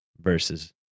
versus